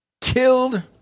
Killed